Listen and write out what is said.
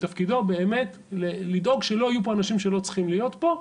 ותפקידו באמת זה לדאוג שלא יהיו פה אנשים שלא צריכים להיות פה,